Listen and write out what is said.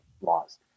laws